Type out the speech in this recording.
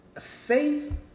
Faith